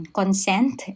consent